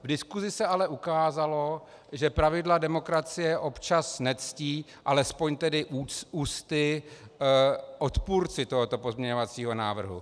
V diskusi se ale ukázalo, že pravidla demokracie občas nectí, alespoň tedy ústy, odpůrci tohoto pozměňovacího návrhu.